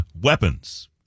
weapons